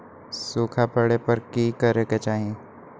सूखा पड़े पर की करे के चाहि